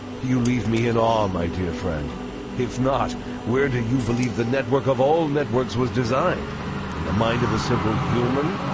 you leave me in ah my dear friend if not where do you believe the network of all networks was designed in the mind of a simple human?